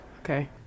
Okay